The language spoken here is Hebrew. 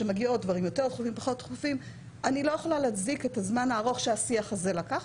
אני לא יכולה להצדיק את הזמן הארוך שהשיח הזה לקח,